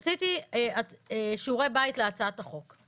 עשיתי שיעורי בית להצעת החוק,